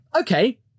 Okay